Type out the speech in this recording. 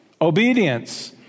Obedience